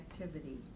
activity